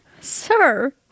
Sir